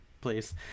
please